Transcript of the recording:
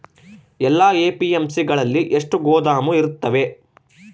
ಎಲ್ಲಾ ಎ.ಪಿ.ಎಮ್.ಸಿ ಗಳಲ್ಲಿ ಎಷ್ಟು ಗೋದಾಮು ಇರುತ್ತವೆ?